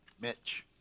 Mitch